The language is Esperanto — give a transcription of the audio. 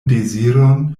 deziron